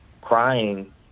crying